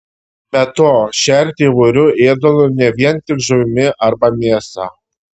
be to šerti įvairiu ėdalu ne vien tik žuvimi arba mėsa